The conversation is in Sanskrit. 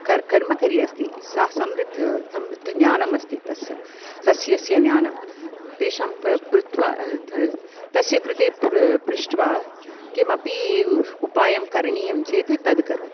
कर् कर्मकरः अस्ति सः समृद्धः समृद्धः ज्ञानम् अस्ति तस्य सस्यस्य ज्ञानं तेषां प् पृत्व त तस्य कृते पृ पृष्ट्वा किमपि उ उपायं करणीयं चेत् तद् करोमि